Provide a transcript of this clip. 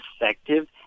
effective